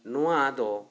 ᱱᱚᱣᱟ ᱫᱚ